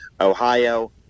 Ohio